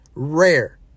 Rare